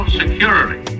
security